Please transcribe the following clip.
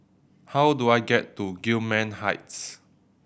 how do I get to Gillman Heights